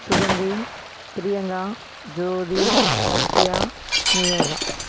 Suganthi Priyanka Jyothi Sathya Nivetha